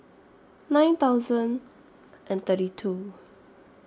nine thousand and thirty two